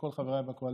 לכל חבריי בקואליציה